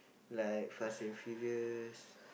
like Fast and Furious